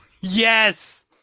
yes